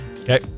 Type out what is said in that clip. Okay